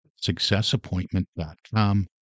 successappointment.com